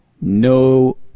no